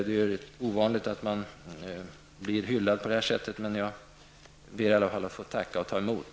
Det är ovanligt att man blir hyllad på detta sätt, men jag ber att få tacka och ta emot.